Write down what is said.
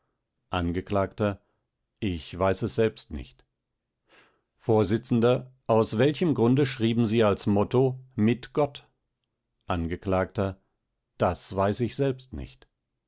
angekl ich weiß selbst nicht vors aus welchem grunde schrieben sie als motto mit gott angekl das weiß ich selbst nicht